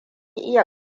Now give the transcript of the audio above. iya